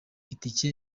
itike